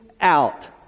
out